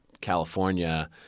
California